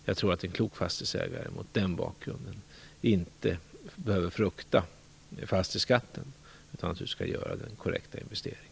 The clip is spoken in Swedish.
Jag tror att en klok fastighetsägare mot den bakgrunden inte behöver frukta fastighetsskatten, utan han skall naturligtvis göra den korrekta investeringen.